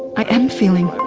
i am feeling